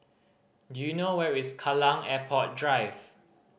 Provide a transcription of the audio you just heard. do you know where is Kallang Airport Drive